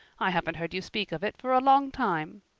i haven't heard you speak of it for a long time.